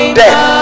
death